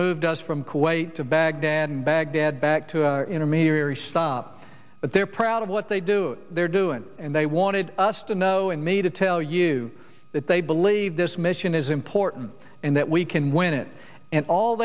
moved us from kuwait to baghdad and baghdad back to the intermediary stop but they're proud of what they do they're doing and they wanted us to know and me to tell you that they believe this mission is important and that we can win it and all